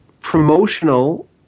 promotional